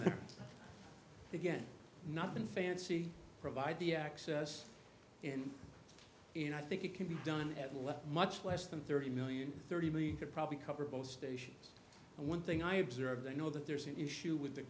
again not been fancy provide the access in and i think it can be done at left much less than thirty million thirty million could probably cover both stations and one thing i observe they know that there's an issue with the